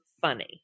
funny